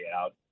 out